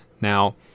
Now